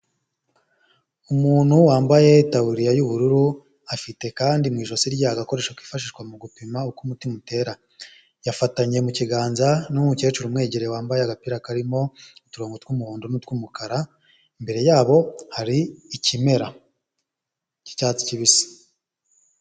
Umuntu wambaye itaburiya y'ubururu afite kandi mu ijosi rye agakoresho kifashishwa mu gupima uko umutima utera, yafatanye mu kiganza n'umukecuru umwegereye wambaye agapira karimo uturungo tw'umuhondo n'utwumukara, imbere yabo hari ikimera k'icyatsi kibisi.